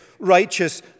righteous